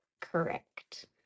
Correct